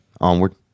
Onward